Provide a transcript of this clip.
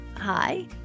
Hi